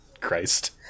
Christ